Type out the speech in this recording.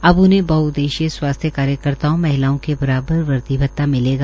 अब उन्हें बह उद्देशीय स्वास्थ्य कार्यकर्ताओं महिलाओं के बराबर वर्दी भत्ता मिलेगा